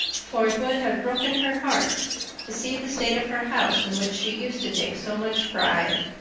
for it would have broken her heart to see the state of her house in which she used to take so much pride.